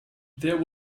there